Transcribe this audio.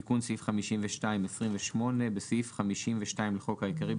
תיקון סעיף 52 28.בסעיף 52 לחוק העיקרי,